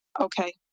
Okay